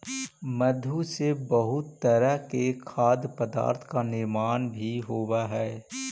मधु से बहुत तरह के खाद्य पदार्थ का निर्माण भी होवअ हई